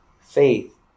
faith